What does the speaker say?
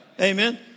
Amen